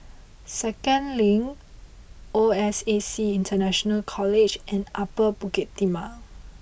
Second Link O S A C International College and Upper Bukit Timah